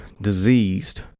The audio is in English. diseased